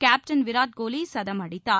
captain Virat Kohli சதம் அடித்தார்